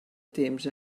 temps